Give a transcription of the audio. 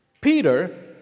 Peter